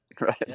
Right